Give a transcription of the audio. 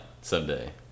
someday